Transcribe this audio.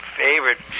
favorite